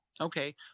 Okay